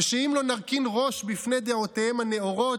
ושאם לא נרכין ראש בפני דעותיהם הנאורות,